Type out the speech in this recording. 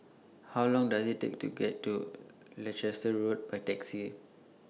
How Long Does IT Take to get to Leicester Road By Taxi